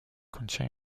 contient